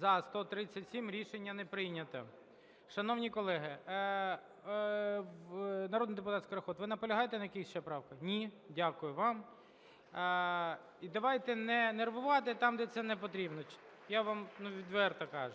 За-137 Рішення не прийнято. Шановні колеги! Народний депутат Скороход, ви наполягаєте на якихось ще правках? Ні? Дякую вам. І давайте не нервувати там, де це не потрібно, я вам відверто кажу.